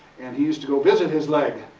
and he used to go visit his leg.